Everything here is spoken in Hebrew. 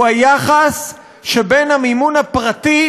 הוא היחס שבין המימון הפרטי,